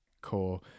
core